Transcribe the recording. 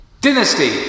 Dynasty